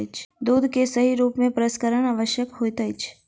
दूध के सही रूप में प्रसंस्करण आवश्यक होइत अछि